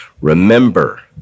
remember